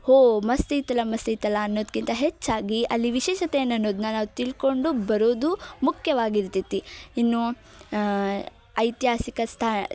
ಹೋ ಮಸ್ತು ಅಯಿತಲ್ಲ ಮಸ್ತು ಅಯಿತಲ್ಲ ಅನ್ನೋದ್ಕಿಂತ ಹೆಚ್ಚಾಗಿ ಅಲ್ಲಿ ವಿಶೇಷತೆ ಏನು ಅನ್ನೋದನ್ನು ನಾವು ತಿಳ್ಕೊಂಡು ಬರೋದು ಮುಖ್ಯವಾಗಿ ಇರ್ತೈತಿ ಇನ್ನು ಐತಿಹಾಸಿಕ ಸ್ತ